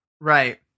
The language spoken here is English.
right